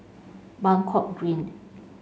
Buangkok Green